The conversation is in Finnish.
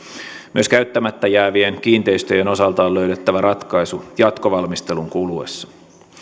myös käyttämättä jäävien kiinteistöjen osalta on löydettävä ratkaisu jatkovalmistelun kuluessa